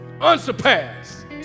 unsurpassed